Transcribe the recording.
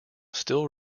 still